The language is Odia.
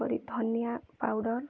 ପରି ଧନିଆ ପାଉଡ଼ର୍